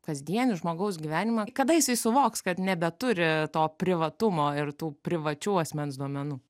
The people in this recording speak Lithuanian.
kasdienį žmogaus gyvenimą kada jisai suvoks kad nebeturi to privatumo ir tų privačių asmens duomenų